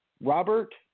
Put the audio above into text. Robert